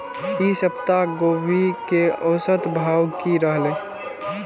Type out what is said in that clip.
ई सप्ताह गोभी के औसत भाव की रहले?